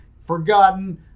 forgotten